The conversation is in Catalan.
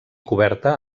coberta